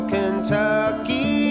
Kentucky